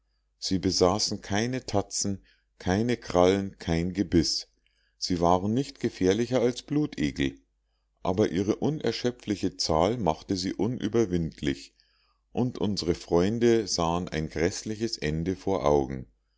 sie besaßen keine tatzen keine krallen kein gebiß sie waren nicht gefährlicher als blutegel aber ihre unerschöpfliche zahl machte sie unüberwindlich und unsre freunde sahen ein gräßliches ende vor augen